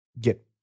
get